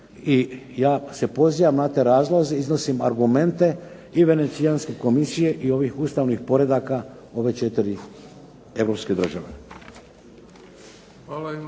i ja se pozivam na te razloge, iznosim argumente i Venecijanske komisije i ovih ustavnih poredaka ove četiri europske države.